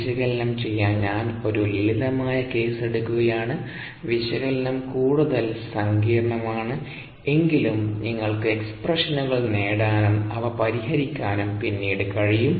വിശകലനം ചെയ്യാൻ ഞാൻ ഒരു ലളിതമായ കേസ് എടുക്കുകയാണ് വിശകലനം കൂടുതൽ സങ്കീർണ്ണമാണ് എങ്കിലും നിങ്ങൾക്ക് എക്സ്പ്രഷനുകൾ നേടാനും അവ പരിഹരിക്കാനും പിന്നീട്കഴിയും